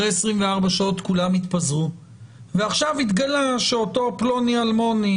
אחרי 24 שעות כולם התפזרו ועכשיו התגלה שאותו פלוני אלמוני